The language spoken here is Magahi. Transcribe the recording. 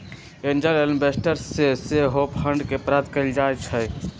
एंजल इन्वेस्टर्स से सेहो फंड के प्राप्त कएल जाइ छइ